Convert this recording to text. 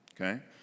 okay